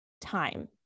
time